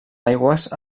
aigües